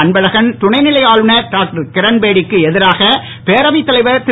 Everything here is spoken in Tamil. அன்பழகன் துணைநிலை ஆளுநர் டாக்டர் கிரண்பேடிக்கு எதிராக பேரவைத் தலைவர் திரு